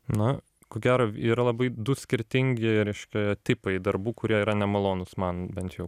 na ko gero yra labai du skirtingi reiškia tipai darbų kurie yra nemalonūs man bent jau